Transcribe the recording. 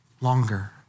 longer